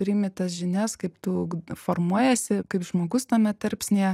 priimi tas žinias kaip tu formuojiesi kaip žmogus tame tarpsnyje